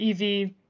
EV